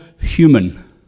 human